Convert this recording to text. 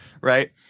right